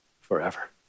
forever